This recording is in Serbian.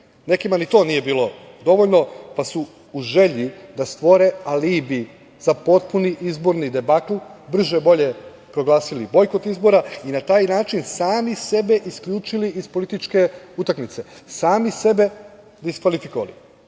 nekima ni to nije bilo dovoljno, pa su u želji da stvore alibi za potpuni izborni debakl, brže bolje proglasili bojkot izbora i na taj način sami sebe isključili iz političke utakmice, sami sebe diskvalifikovali.